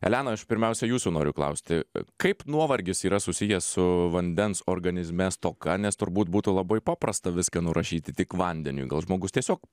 elena aš pirmiausia jūsų noriu klausti kaip nuovargis yra susijęs su vandens organizme stoka nes turbūt būtų labai paprasta viską nurašyti tik vandeniui gal žmogus tiesiog